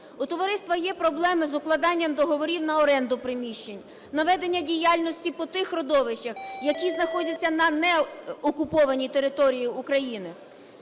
У товариства є проблеми з укладанням договорів на оренду приміщень, на ведення діяльності по тих родовищах, які знаходяться на не… окупованій території України.